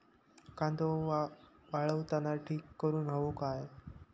कांदो वाळवताना ढीग करून हवो काय?